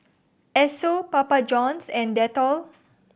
Esso Papa Johns and Dettol